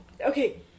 Okay